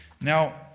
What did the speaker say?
Now